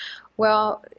well,